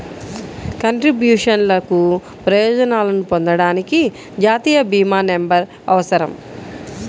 కంట్రిబ్యూషన్లకు ప్రయోజనాలను పొందడానికి, జాతీయ భీమా నంబర్అవసరం